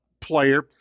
player